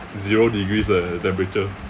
zero degrees eh the temperature